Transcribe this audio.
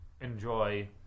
enjoy